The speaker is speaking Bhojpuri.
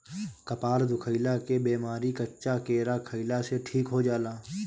कपार दुखइला के बेमारी कच्चा केरा खइला से ठीक हो जाला